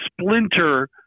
splinter